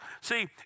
See